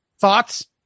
Thoughts